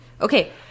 Okay